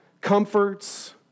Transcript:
Comforts